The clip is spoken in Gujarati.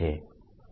BC3 m